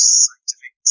scientific